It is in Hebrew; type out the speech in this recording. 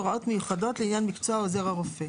הוראות מיוחדות לעניין מקצוע עוזר הרופא.